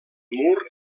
mur